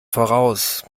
voraus